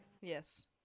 Yes